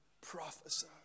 prophesy